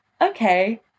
okay